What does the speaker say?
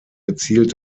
gezielt